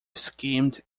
skimmed